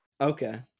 Okay